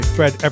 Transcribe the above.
Fred